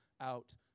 out